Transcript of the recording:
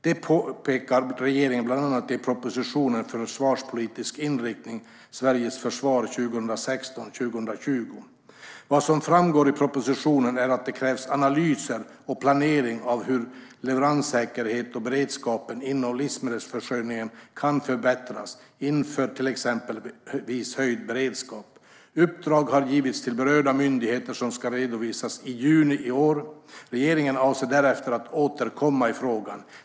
Det påpekar regeringen bland annat i propositionen Försvarspolitisk inriktning - Sveriges försvar 2016 - 2020 . Vad som framgår i propositionen är att det krävs analyser och planering av hur leveranssäkerheten och beredskapen inom livsmedelsförsörjningen kan förbättras inför till exempel höjd beredskap. Uppdrag har givits till berörda myndigheter och ska redovisas i juni i år. Regeringen avser att därefter återkomma i frågan.